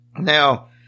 Now